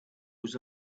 was